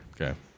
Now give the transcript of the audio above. Okay